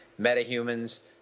metahumans